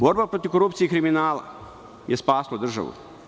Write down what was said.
Borba protiv korupcije i kriminala je spasla državu.